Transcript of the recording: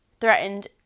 threatened